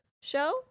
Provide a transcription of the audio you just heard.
Show